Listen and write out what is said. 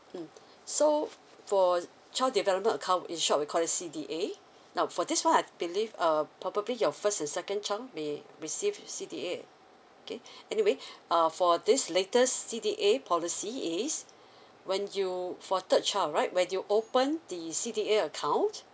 mm so for child development account in short we call it C_D_A now for this one I believe uh probably your first and second child may receive the C_D_A okay anyway uh for this latest C_D_A policy is when you for third child right when you open the C_D_A account